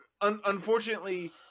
Unfortunately